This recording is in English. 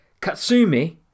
Katsumi